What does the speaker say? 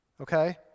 Okay